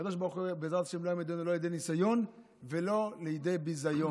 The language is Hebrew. הקדוש ברוך הוא בעזרת השם לא יעמידנו לא לידי ניסיון ולא לידי ביזיון.